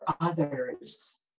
others